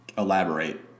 Elaborate